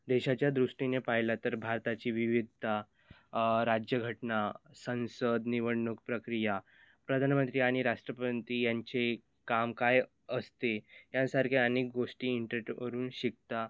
देशाच्या दृष्टीने पाहिला तर भारताची विविधता राज्य घटना संसद निवडणूक प्रक्रिया प्रधानमंत्री आणि राष्ट्रपती यांचे काम काय असते यांसारखे अनेक गोष्टी इंटरेटवरून शिकता